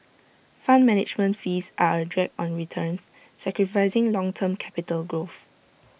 fund management fees are A drag on returns sacrificing long term capital growth